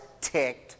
ticked